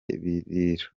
birira